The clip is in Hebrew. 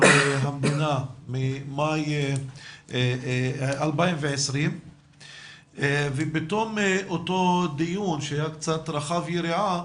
המדינה ממאי 2020 ובתום אותו דיון שהיה קצת רחב יריעה